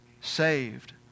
saved